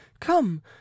Come